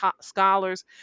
scholars